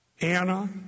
Anna